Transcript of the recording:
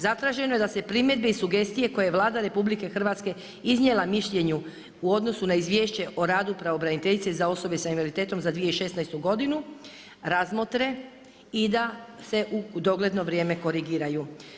Zatraženo je da se primjedbe i sugestije koje je Vlada RH iznijela mišljenju u odnosu na Izvješće o radu pravobraniteljice za osobe sa invaliditetom za 2016. razmotre i da se u dogledno vrijeme korigiraju.